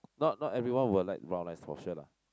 not not everyone will like brown rice for sure lah